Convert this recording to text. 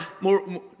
more